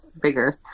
bigger